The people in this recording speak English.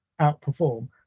outperform